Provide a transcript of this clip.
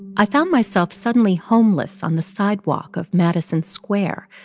i found myself suddenly homeless on the sidewalk of madison square.